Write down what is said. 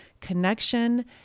connection